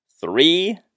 three